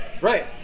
Right